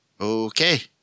okay